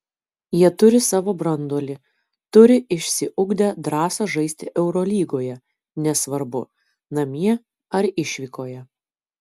jie turi savo branduolį turi išsiugdę drąsą žaisti eurolygoje nesvarbu namie ar išvykoje